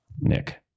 Nick